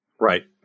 Right